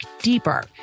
deeper